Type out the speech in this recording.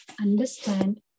understand